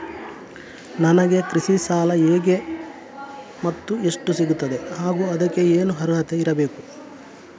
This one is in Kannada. ನನಗೆ ಕೃಷಿ ಸಾಲ ಹೇಗೆ ಮತ್ತು ಎಷ್ಟು ಸಿಗುತ್ತದೆ ಹಾಗೂ ಅದಕ್ಕೆ ಏನು ಅರ್ಹತೆ ಇರಬೇಕು?